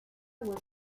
was